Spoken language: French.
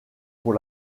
pour